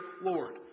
Lord